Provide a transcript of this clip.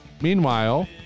Meanwhile